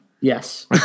Yes